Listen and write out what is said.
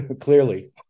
clearly